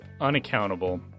unaccountable